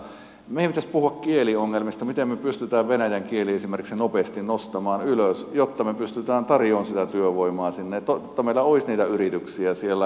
meidän pitäisi puhua kieliongelmista miten me pystymme venäjän kielen esimerkiksi nopeasti nostamaan ylös jotta me pystymme tarjoamaan sitä työvoimaa sinne jotta meillä olisi niitä yrityksiä siellä